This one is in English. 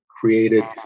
created